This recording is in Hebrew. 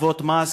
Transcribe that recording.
הטבות מס,